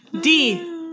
D-